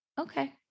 Okay